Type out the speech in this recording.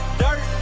dirt